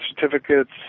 certificates